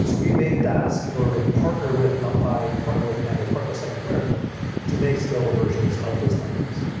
so we made dask in order to partner with numpy, partner with pandas, partner with scikit-learn to make scalable versions of those libraries.